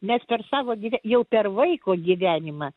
mes per savo gyvenimą jau per vaiko gyvenimą